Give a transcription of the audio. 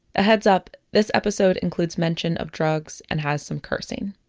head's up, this episode includes mention of drugs and has some cursing.